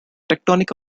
tectonic